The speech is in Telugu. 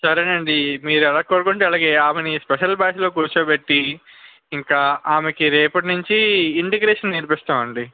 సరే అండి మీరు ఎలా కోరుకుంటే అలాగే ఆమెని స్పెషల్ బ్యాచ్లో కూర్చోబెట్టి ఇంకా ఆమెకి రేపటి నుంచి ఇంటెగ్రేషన్ నేర్పిస్తాము అండి